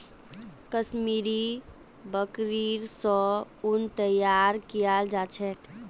कश्मीरी बकरि स उन तैयार कियाल जा छेक